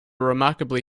remarkably